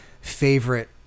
favorite